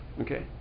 Okay